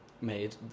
made